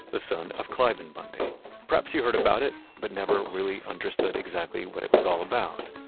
the son of cliven bundy perhaps you heard about it, but never really understood exactly what it was all about.